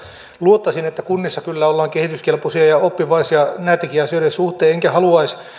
luottaisin että kunnissa kyllä ollaan kehityskelpoisia ja oppivaisia näittenkin asioiden suhteen enkä haluaisi